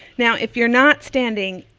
now, if you're not standing,